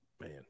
man